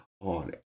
on